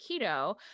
keto